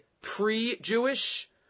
pre-Jewish